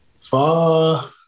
Far